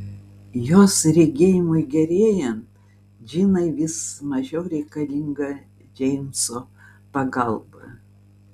jos regėjimui gerėjant džinai vis mažiau reikalinga džeimso pagalba